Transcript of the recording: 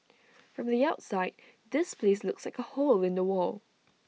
from the outside this place looks like A hole in the wall